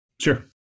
Sure